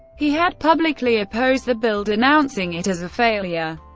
he had publicly opposed the bill denouncing it as a failure,